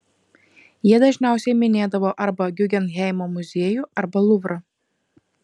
jie dažniausiai minėdavo arba guggenheimo muziejų arba luvrą